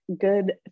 good